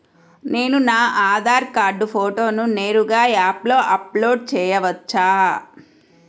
నేను నా ఆధార్ కార్డ్ ఫోటోను నేరుగా యాప్లో అప్లోడ్ చేయవచ్చా?